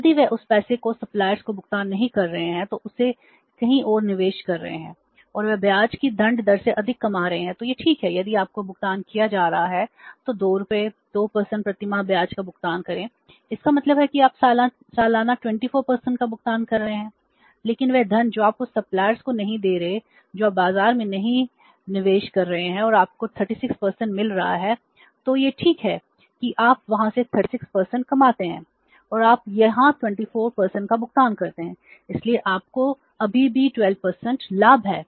यदि वे उस पैसे को सप्लायर्स को नहीं दे रहे हैं जो आप बाजार में कहीं निवेश कर रहे हैं और आपको 36 मिल रहा है तो यह ठीक है कि आप वहाँ से 36 कमाते हैं और आप यहाँ 24 का भुगतान करते हैं इसलिए आपको अभी भी 12 लाभ है